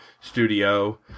studio